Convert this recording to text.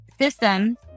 systems